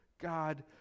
god